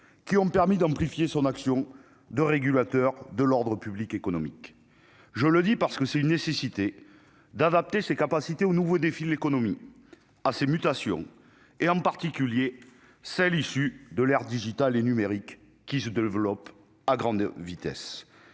qui ont permis d'amplifier son action de régulateur de l'ordre public économique, je le dis parce que c'est une nécessité, Dave inventer ses capacités aux nouveaux défis de l'économie ah ces mutations et en particulier celles issues de l'ère digital et numérique, qui se développe à grande vitesse,